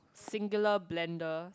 singular blenders